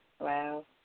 Wow